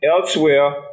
elsewhere